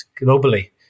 globally